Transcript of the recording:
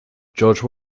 george